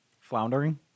floundering